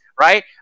right